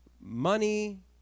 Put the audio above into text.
money